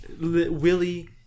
Willie